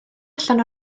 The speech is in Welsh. allan